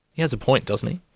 he has a point, doesn't he?